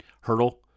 Hurdle